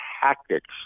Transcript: tactics